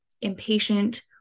impatient